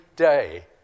day